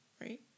right